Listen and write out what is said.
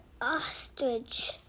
ostrich